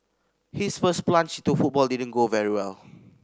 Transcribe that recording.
his first plunge to football didn't go very well